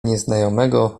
nieznajomego